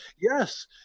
yes